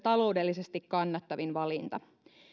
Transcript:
taloudellisesti kannattavin valinta